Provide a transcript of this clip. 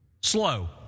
slow